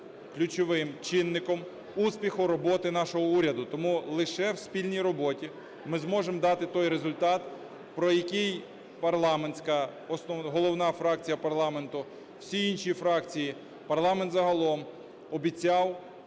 ключовим чинником успіху роботи нашого уряду. Тому лише в спільній роботі ми зможемо дати той результат, про який парламентська, головна фракція парламенту, всі інші фракції, парламент загалом обіцяв